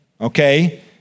okay